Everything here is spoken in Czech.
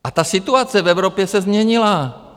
A ta situace v Evropě se změnila.